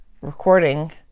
recording